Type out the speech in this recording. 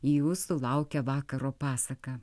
jūsų laukia vakaro pasaka